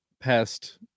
past